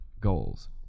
goals